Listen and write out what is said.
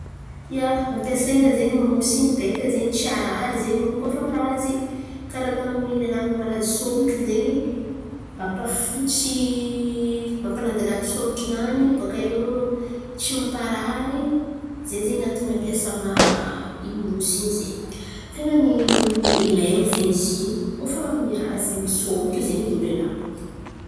Ia, ampiasain̈a zen̈y mosy in̈y beka zen̈y tsy harary zen̈y olo koa fa mirazy. Karà ataony lelahy mirazy sômotro zen̈y, mampafotsy mampalandilandy sômotronany bòka iô tsy mamparary. Ze zen̈y antony ampiasan̈a i mosy in̈y zen̈y. Ten̈a ny ialain̈y zen̈y izy in̈y koa fa mirazy sômotro zen̈y irô lelahy àby àby io.